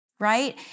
Right